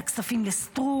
את הכספים לסטרוק,